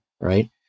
right